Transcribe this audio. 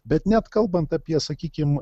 bet net kalbant apie sakykim